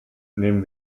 nehmen